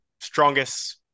strongest